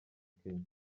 kenya